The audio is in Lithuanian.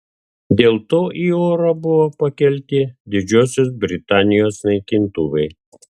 dėl to į orą buvo pakelti didžiosios britanijos naikintuvai